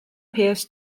pierce